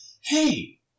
hey